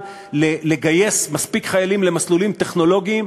לגייס מספיק חיילים למסלולים טכנולוגיים,